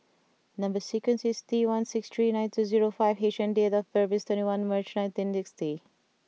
number sequence is T one six three nine two zero five H and date of birth is twenty one March nineteen sixty